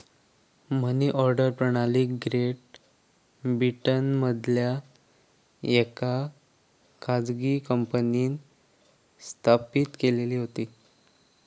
मनी order प्रणाली great ब्रिटनमधल्या येका खाजगी कंपनींन स्थापित केलेली होती